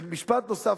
ומשפט נוסף,